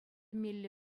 меллӗ